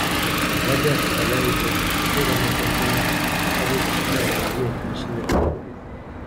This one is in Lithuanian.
vades paleidžia suremia pentinais abudu smogia ietimis nirtingai